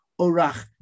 Orach